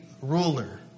ruler